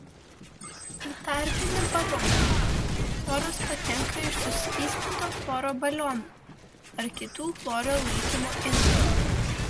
į tarpinį balioną chloras patenka iš suskystinto chloro balionų ar kitų chloro laikymo indų